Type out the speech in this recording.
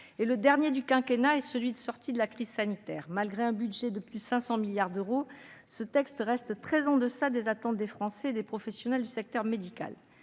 est le dernier du quinquennat ; il est aussi celui de la sortie de la crise sanitaire. Malgré un budget de plus de 500 milliards d'euros, ce texte reste très en deçà des attentes des Français et des professionnels du secteur médical.